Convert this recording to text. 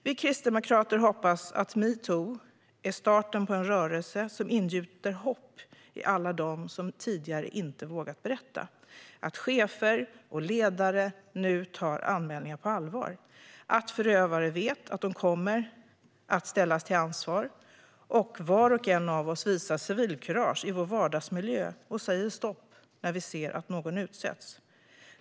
Vi kristdemokrater hoppas att metoo är starten på en rörelse som ingjuter hopp i alla dem som tidigare inte vågat berätta, att chefer och ledare nu tar anmälningar på allvar, att förövare vet att de kommer att ställas till ansvar och att var och en av oss visar civilkurage i vår vardagsmiljö och säger stopp när vi ser att någon utsätts.